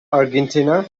argentina